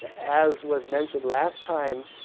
as was mentioned last time,